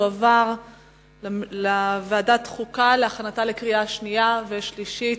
תועבר לוועדת חוקה להכנתה לקריאה שנייה ושלישית.